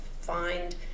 find